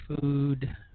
food